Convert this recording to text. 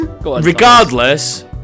Regardless